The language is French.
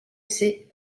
ces